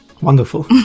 Wonderful